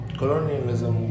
colonialism